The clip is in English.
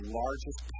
largest